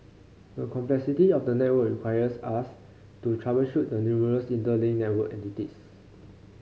the complexity of the network requires us to troubleshoot the numerous interlinked network entities